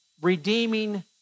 redeeming